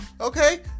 Okay